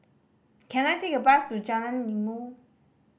can I take a bus to Jalan Ilmu